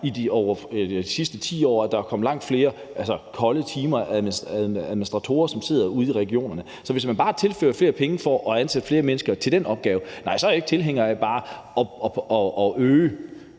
i de sidste 10 år er kommet langt flere kolde hænder, altså administratorer, som sidder ude i regionerne. Så hvis man bare tilfører flere penge for at ansætte flere mennesker til den opgave, nej, så er jeg ikke tilhænger af bare at øge